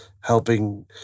helping